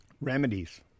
Remedies